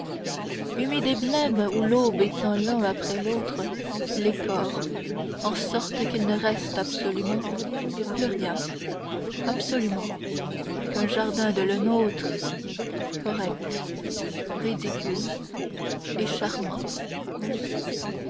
humide et blême où l'aube éteint l'un après l'autre les cors en sorte qu'il ne reste absolument plus rien absolument quun jardin de lenôtre correct ridicule et charmant